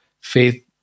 faith